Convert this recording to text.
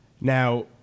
now